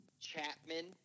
Chapman